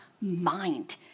mind